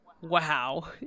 Wow